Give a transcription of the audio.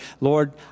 Lord